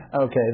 Okay